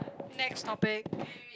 next topic